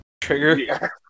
Trigger